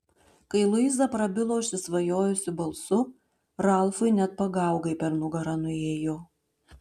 kai luiza prabilo užsisvajojusiu balsu ralfui net pagaugai per nugarą nuėjo